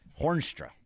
Hornstra